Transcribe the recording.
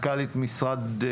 עם מכללות וכו',